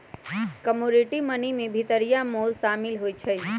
commodity money में भितरिया मोल सामिल होइ छइ